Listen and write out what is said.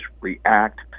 react